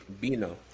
Bino